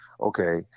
okay